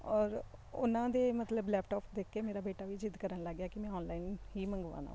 ਔਰ ਉਹਨਾਂ ਦੇ ਮਤਲਬ ਲੈਪਟਾਪ ਦੇਖ ਕੇ ਮੇਰਾ ਬੇਟਾ ਵੀ ਜ਼ਿੱਦ ਕਰਨ ਲੱਗ ਗਿਆ ਕਿ ਮੈਂ ਔਨਲਾਈਨ ਹੀ ਮੰਗਵਾਉਣਾ